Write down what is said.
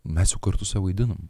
mes jau kartu su ja vaidinom